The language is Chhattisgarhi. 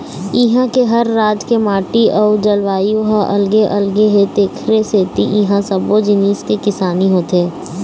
इहां के हर राज के माटी अउ जलवायु ह अलगे अलगे हे तेखरे सेती इहां सब्बो जिनिस के किसानी होथे